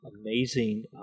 amazing